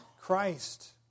Christ